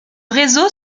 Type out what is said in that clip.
réseau